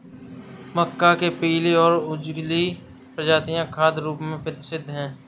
मक्का के पीली और उजली प्रजातियां खाद्य रूप में प्रसिद्ध हैं